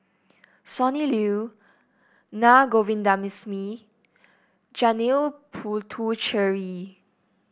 Sonny Liew Naa Govindasamy Janil Puthucheary